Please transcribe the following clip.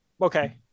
okay